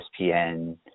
espn